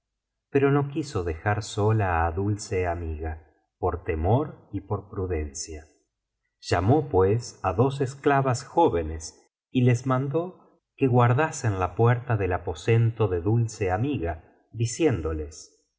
pero no quiso dejar sola á dulce amiga por temor y por prudencia llamó pues á dos esclavas jóvenes y les mandó que guardasen la puerta del biblioteca valenciana generalitat valenciana historia de dulce amiga aposento de dulce amiga diciéndoles